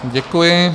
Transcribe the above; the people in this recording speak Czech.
Děkuji.